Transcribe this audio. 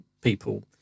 people